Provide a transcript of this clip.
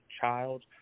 child